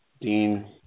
Dean